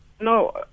No